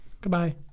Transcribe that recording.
Goodbye